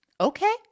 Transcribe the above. Okay